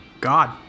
god